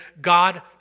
God